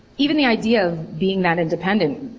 even the idea of being that independent